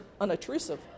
unobtrusive